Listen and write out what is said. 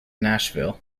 nashville